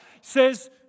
says